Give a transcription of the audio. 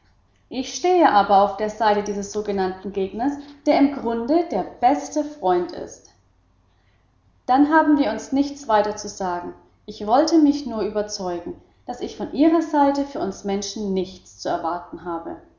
ich aber stehe auf der seite dieses sogenannten gegners der im grunde der beste freund ist dann haben wir uns nichts weiter zu sagen ich wollte mich nur überzeugen daß ich von ihrer seite für uns menschen nichts zu erwarten habe